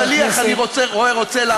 השליח, אני רוצה לענות.